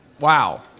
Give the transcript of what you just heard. Wow